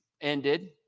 ended